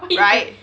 right